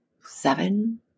seven